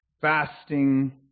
fasting